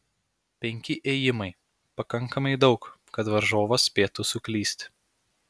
penki ėjimai pakankamai daug kad varžovas spėtų suklysti